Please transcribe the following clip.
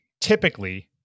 typically